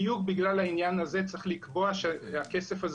בדיוק בגלל העניין הזה צריך לקבוע שהכסף הזה